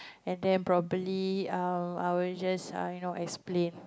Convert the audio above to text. and then probably um I will just uh you know explain